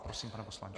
Prosím, pane poslanče.